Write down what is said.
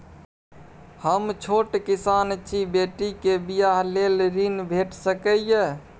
हम छोट किसान छी, बेटी के बियाह लेल ऋण भेट सकै ये?